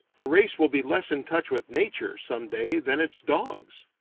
the race will be less in touch with nature, some day, than its dogs.